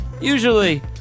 Usually